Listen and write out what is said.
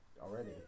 already